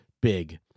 big